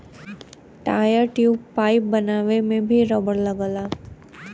tyre, tube, pipe बनावे में भी रबड़ लगला